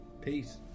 Peace